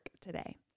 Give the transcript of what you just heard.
today